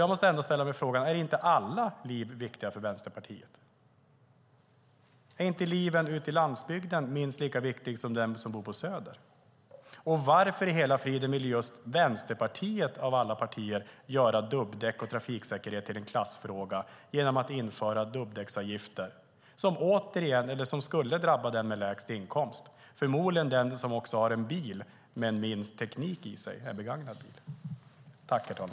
Jag måste ändå ställa frågan: Är inte alla liv viktiga för Vänsterpartiet? Är inte liven för människor i landsbygden lika viktiga som för dem som bor på Söder? Och varför i hela friden vill just Vänsterpartiet av alla partier göra dubbdäck och trafiksäkerhet till en klassfråga genom att införa dubbdäcksavgifter som skulle drabba dem med lägst inkomst, som förmodligen också är de som har bilar med minst teknik i sig, alltså en begagnad bil?